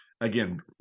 again